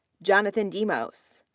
jonathan dimos,